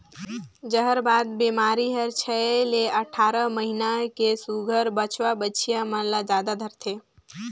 जहरबाद बेमारी हर छै ले अठारह महीना के सुग्घर बछवा बछिया मन ल जादा धरथे